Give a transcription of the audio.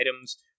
items